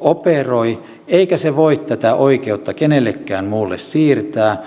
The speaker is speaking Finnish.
operoi eikä se voi tätä oikeutta kenellekään muulle siirtää